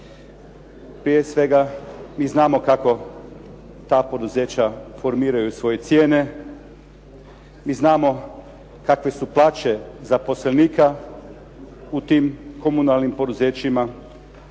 Prije svega, i znamo kako ta poduzeća formiraju svoje cijene. Mi znamo kakve su plaće zaposlenika u tim komunalnim poduzećima.